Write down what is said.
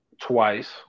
twice